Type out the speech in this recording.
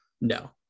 No